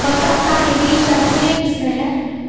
मक्का के बीज का कितने किसमें हैं?